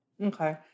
Okay